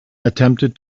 attempted